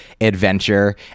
adventure